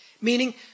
meaning